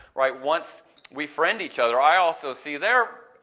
right once we friend each other i also see their